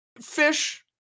Fish